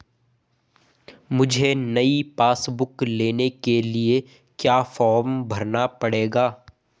मुझे नयी passbook book लेने के लिए क्या फार्म भरना पड़ेगा?